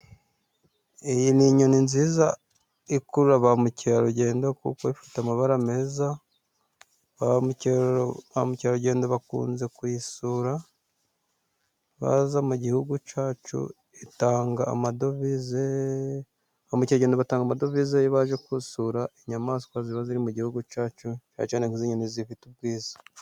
Iyi ni inyoni nziza ikurura ba mukerarugendo, kuko ifite amabara meza. Ba mukerarugendo bakunze kuyisura, baza mu gihugu cyacu. Itanga amadovize, ba mukegendo batanga amadovize iyo baje gusura inyamaswa ziba ziri mu gihugu cyacu, cyanecyane nk'izi nyoni zifite ubwiza.